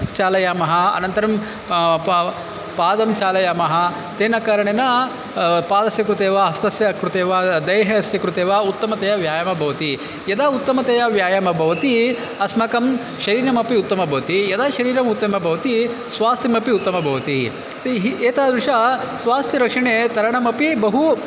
चालयामः अनन्तरं पादं चालयामः तेन कारणेन पादस्य कृते वा हस्तस्य कृते वा देहस्य कृते वा उत्तमतया व्यायामः भवति यदा उत्तमतया व्यायामः भवति अस्माकं शरीरमपि उत्तमं भवति यदा शरीरम् उत्तमं भवति स्वास्थ्यमपि उत्तमं भवति तैः एतादृशे स्वास्थ्यरक्षणे तरणमपि बहु